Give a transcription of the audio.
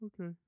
Okay